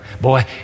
Boy